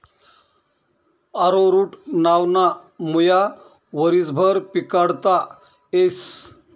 arrowroot नावना मुया वरीसभर पिकाडता येस